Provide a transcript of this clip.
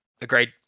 agreed